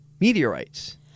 meteorites